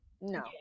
no